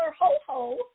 ho-ho